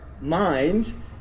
mind